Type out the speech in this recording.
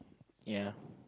ya